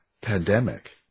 pandemic